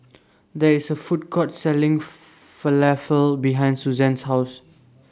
There IS A Food Court Selling Falafel behind Suzanne's House